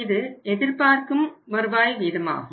இது எதிர்பார்க்கும் வருவாய் வீதமாகும்